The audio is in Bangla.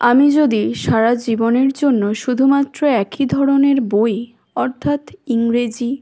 আমি যদি সারা জীবনের জন্য শুধুমাত্র একই ধরনের বই অর্থাৎ ইংরেজি